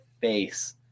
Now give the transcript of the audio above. face